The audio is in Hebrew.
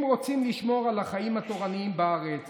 אם רוצים לשמור על החיים התורניים בארץ,